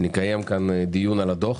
נקיים כאן דיון על הדוח.